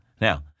Now